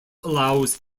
allows